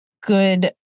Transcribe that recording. good